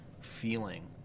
feeling